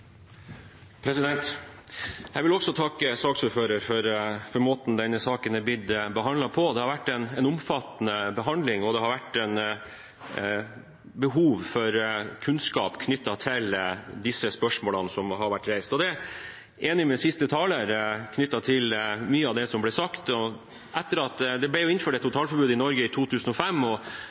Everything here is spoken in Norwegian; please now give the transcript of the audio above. har vært en omfattende behandling, og det har vært et behov for kunnskap knyttet til spørsmålene som har vært reist. Jeg er enig med siste taler knyttet til mye av det som ble sagt. Det ble innført et totalforbud i Norge i 2005, og etter at totalforbudet ble innført, har det over tid vært en ganske stor debatt i